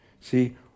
See